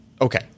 okay